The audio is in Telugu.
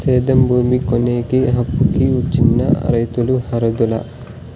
సేద్యం భూమి కొనేకి, అప్పుకి చిన్న రైతులు అర్హులా?